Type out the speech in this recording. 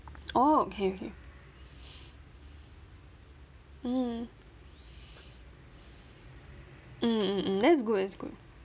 orh okay okay mm mm mm mm that's good that's good